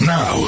Now